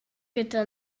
gyda